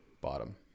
bottom